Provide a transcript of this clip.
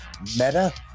meta